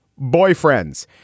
Boyfriends